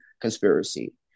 conspiracy